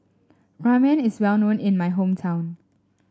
Ramen is well known in my hometown